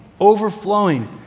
overflowing